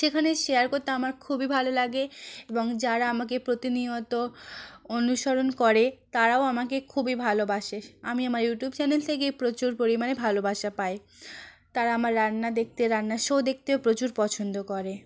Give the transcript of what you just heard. সেখানে শেয়ার করতে আমার খুবই ভালো লাগে এবং যারা আমাকে প্রতিনিয়ত অনুসরণ করে তারাও আমাকে খুবই ভালোবাসে আমি আমার ইউটিউব চ্যানেল থেকে প্রচুর পরিমাণে ভালোবাসা পাই তারা আমার রান্না দেখতে রান্নার শো দেখতেও প্রচুর পছন্দ করে